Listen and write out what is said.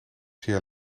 zeer